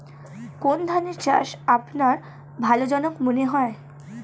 কোন ধানের চাষ আপনার লাভজনক মনে হয়?